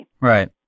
Right